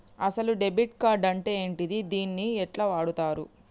అసలు debit card అంటే ఏంటిది? దీన్ని ఎట్ల వాడుతరు?